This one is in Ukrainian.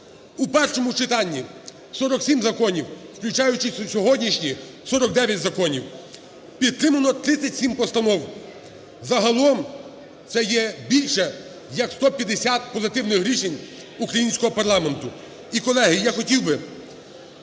У першому читанні – 47 законів, включаючи сьогоднішні, 49 законів; підтримано 37 постанов. Загалом це є більше як 150 позитивних рішень українського парламенту. І, колеги, я хотів би,